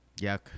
Yuck